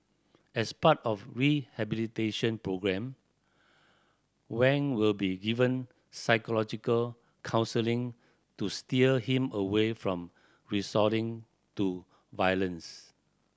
as part of rehabilitation programme Wang will be given psychological counselling to steer him away from resorting to violence